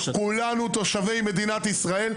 כולנו תושבי מדינת ישראל.